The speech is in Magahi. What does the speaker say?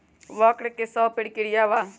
वक्र कि शव प्रकिया वा?